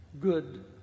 Good